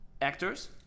actors